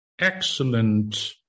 excellent